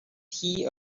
tea